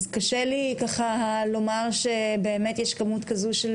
אז קשה לי ככה לומר שבאמת יש כמות כזו של